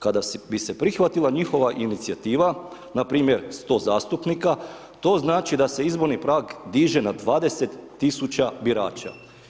Kada bi se prihvatila njihova inicijativa, npr. 100 zastupnika to znači da se izborni prag diže na 20 tisuća birača.